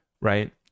right